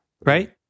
Right